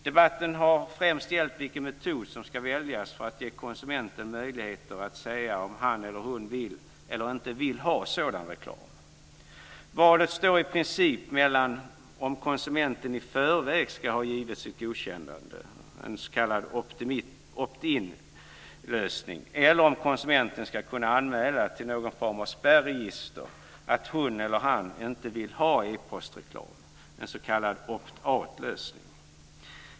Debatten har främst gällt vilken metod som ska väljas för att ge konsumenten möjlighet att säga om han eller hon vill eller inte vill ha sådan reklam. Valet står i princip mellan om konsumenten i förväg ska ha givit sitt godkännande, en s.k. opt-in-lösning, eller om konsumenten ska kunna anmäla till någon form av spärregister att hon eller han inte vill ha epostreklam. en s.k. opt-out-lösning.